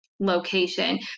Location